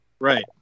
Right